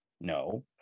No